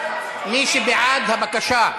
מי שבעד הבקשה,